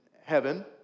heaven